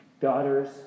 daughters